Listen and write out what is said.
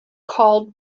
called